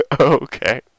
Okay